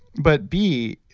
but b,